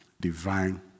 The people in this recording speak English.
divine